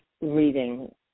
reading